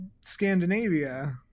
Scandinavia